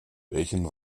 welchen